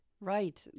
right